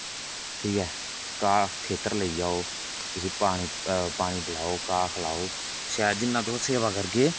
ठीक ऐ उसी घ खेतर लेई जाओ उसी पानी पिलाओ घा खलाओ शैल जिन्ना तुस सेवा करगे